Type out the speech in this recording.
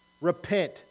Repent